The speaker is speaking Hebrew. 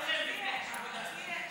אבל אצלי יש.